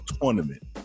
tournament